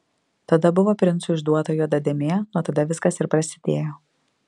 tada buvo princui išduota juoda dėmė nuo tada viskas ir prasidėjo